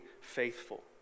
faithful